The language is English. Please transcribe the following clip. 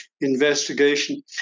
investigation